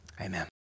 Amen